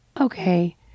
okay